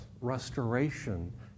Restoration